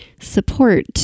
support